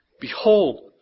Behold